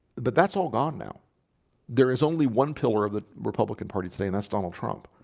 but that's all gone now there is only one pillar of the republican party today and that's donald trump.